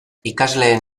ikasleen